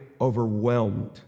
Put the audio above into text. overwhelmed